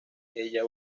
ella